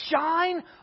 shine